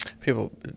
People